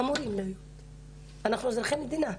אנחנו אזרחי המדינה,